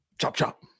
Chop-chop